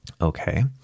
Okay